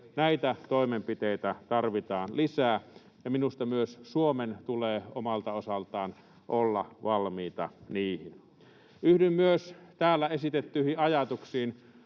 [Timo Heinonen: Oikein!] ja minusta myös Suomen tulee omalta osaltaan olla valmiina niihin. Yhdyn myös täällä esitettyihin ajatuksiin